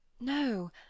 No